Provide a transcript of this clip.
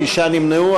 תשעה נמנעו.